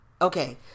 Okay